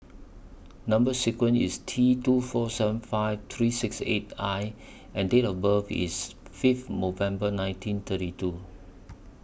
Number sequence IS T two four seven five three six eight I and Date of birth IS Fifth nineteen thirty two